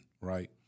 right